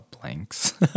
blanks